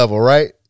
right